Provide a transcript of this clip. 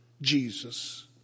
Jesus